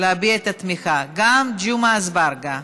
אין מתנגדים, אין נמנעים.